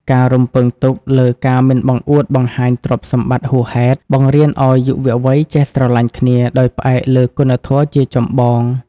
ការរំពឹងទុកលើ "ការមិនបង្អួតបង្អាញទ្រព្យសម្បត្តិហួសហេតុ" បង្រៀនឱ្យយុវវ័យចេះស្រឡាញ់គ្នាដោយផ្អែកលើគុណធម៌ជាចម្បង។